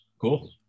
cool